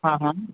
हाँ हाँ